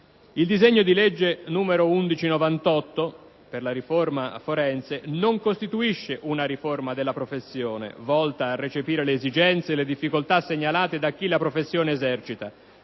il disegno di legge n. 1198 per la riforma forense non costituisce una riforma della professione, volta a recepire le esigenze e le difficoltà segnalate da chi la professione esercita,